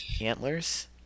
antlers